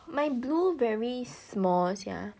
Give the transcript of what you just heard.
my blue very small sia